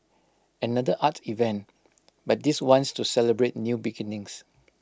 another art event but this one's to celebrate new beginnings